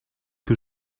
que